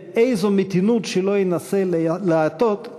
ואיזו מתינות שלא ינסה לעטות,